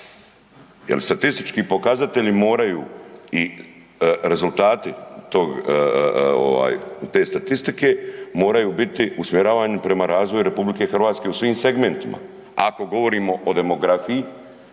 jer statistički pokazatelji moraju i rezultati tog, te statistike moraju biti usmjeravani prema razvoju RH u svim segmentima. Ako govorimo o demografiji,